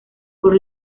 por